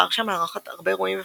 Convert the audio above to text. ורשה מארחת הרבה אירועים ופסטיבלים.